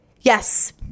Yes